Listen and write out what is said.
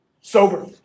sober